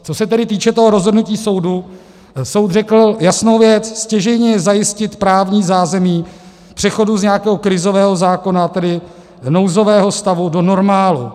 Co se tedy týče toho rozhodnutí soudu, soud řekl jasnou věc: Stěžejní je zajistit právní zázemí přechodu z nějakého krizového zákona, tedy nouzového stavu, do normálu.